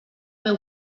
meu